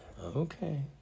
Okay